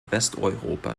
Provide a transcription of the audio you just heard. westeuropa